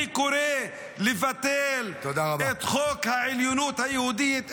אני קורא לבטל את חוק העליונות היהודית,